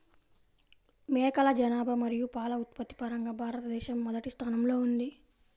మేకల జనాభా మరియు పాల ఉత్పత్తి పరంగా భారతదేశం మొదటి స్థానంలో ఉంది